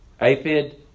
Aphid